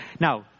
Now